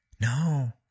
No